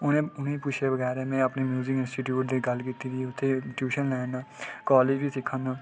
में उनें गी पुच्छे बगैरा में अपने इंस्टीट्यूट च गल्ल कीती दी ऐ ते ट्यूशन लै ना ते कालेज बी सिक्खा ना